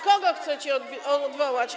Kogo chcecie odwołać?